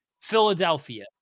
philadelphia